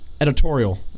editorial